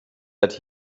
that